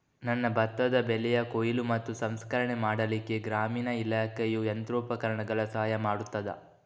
ನನ್ನ ಭತ್ತದ ಬೆಳೆಯ ಕೊಯ್ಲು ಮತ್ತು ಸಂಸ್ಕರಣೆ ಮಾಡಲಿಕ್ಕೆ ಗ್ರಾಮೀಣ ಇಲಾಖೆಯು ಯಂತ್ರೋಪಕರಣಗಳ ಸಹಾಯ ಮಾಡುತ್ತದಾ?